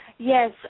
Yes